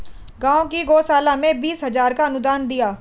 गांव की गौशाला में बीस हजार का अनुदान दिया